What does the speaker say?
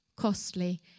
costly